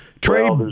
Trade